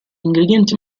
ingredienti